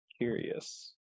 Curious